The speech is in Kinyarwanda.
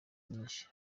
nyinshi